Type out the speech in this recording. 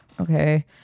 Okay